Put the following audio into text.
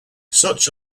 such